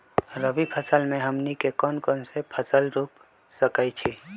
रबी फसल में हमनी के कौन कौन से फसल रूप सकैछि?